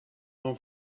home